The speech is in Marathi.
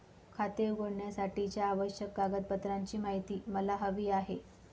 खाते उघडण्यासाठीच्या आवश्यक कागदपत्रांची माहिती मला हवी आहे